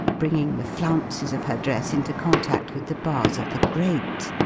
bringing the flounces of her dress into contact with the bars of the grate,